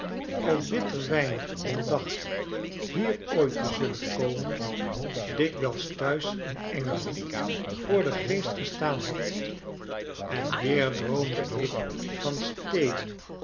al bitter weinig om dacht hier ooit te zullen komen dikwijls thuis in engeland voor den geest gestaan had en weer droomde ik van steden